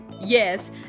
Yes